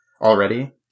already